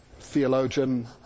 theologian